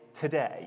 today